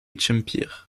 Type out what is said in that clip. kemper